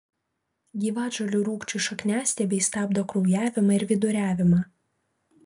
gyvatžolių rūgčių šakniastiebiai stabdo kraujavimą ir viduriavimą